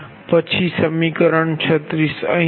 પછી સમીકરણ 36 અહીં છે